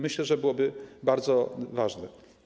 Myślę, że to byłoby bardzo ważne.